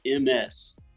ms